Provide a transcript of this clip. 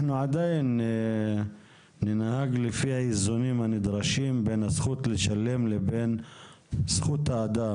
אנחנו עדיין ננהג לפי האיזונים הנדרשים בין הזכות לשלם לבין זכות האדם,